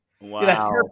Wow